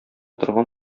торган